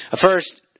First